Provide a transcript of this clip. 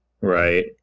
Right